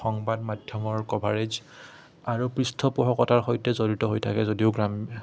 সংবাদ মাধ্যমৰ কভাৰেজ আৰু পৃষ্ঠপোষকতাৰ সৈতে জড়িত হৈ থাকে যদিও গ্ৰাম